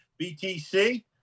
BTC